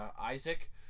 Isaac